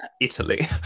Italy